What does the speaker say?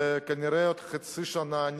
וכנראה עוד חצי שנה,